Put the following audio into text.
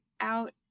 out